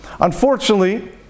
Unfortunately